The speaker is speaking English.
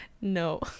No